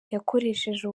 yakoresheje